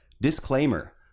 Disclaimer